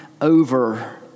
over